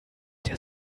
der